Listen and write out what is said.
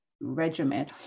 regiment